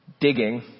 Digging